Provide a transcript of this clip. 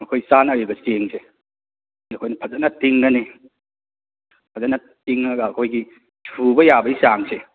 ꯑꯩꯈꯣꯏ ꯆꯥꯅꯔꯤꯕ ꯆꯦꯡꯁꯦ ꯑꯩꯈꯣꯏꯅ ꯐꯖꯅ ꯇꯤꯡꯉꯅꯤ ꯐꯖꯅ ꯇꯤꯡꯉꯒ ꯑꯩꯈꯣꯏꯒꯤ ꯁꯨꯕ ꯌꯥꯕꯩ ꯆꯥꯡꯁꯦ